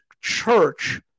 church